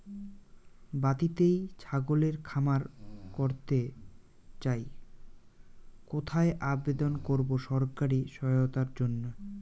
বাতিতেই ছাগলের খামার করতে চাই কোথায় আবেদন করব সরকারি সহায়তার জন্য?